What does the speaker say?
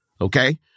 okay